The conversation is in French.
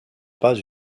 pas